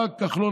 בא כחלון,